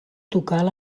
tocar